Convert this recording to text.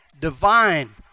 divine